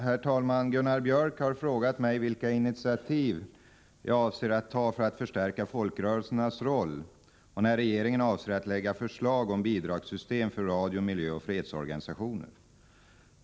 Herr talman! Gunnar Björk i Gävle har frågat mig vilka initiativ jag avser att ta för att förstärka folkrörelsernas roll och när regeringen avser att lägga förslag om bidragssystem för radio-, miljöoch fredsorganisationer.